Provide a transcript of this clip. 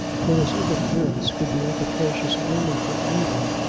when his interference could be efficacious only for evil.